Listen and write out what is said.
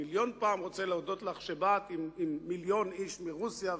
מיליון פעם אני רוצה להודות לך על שבאת עם מיליון איש מרוסיה,